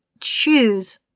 choose